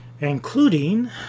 including